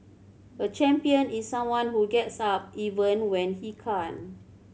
a champion is someone who gets up even when he can't